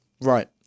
Right